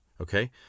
Okay